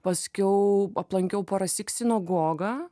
paskiau aplankiau porąsyk sinagogą